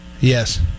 Yes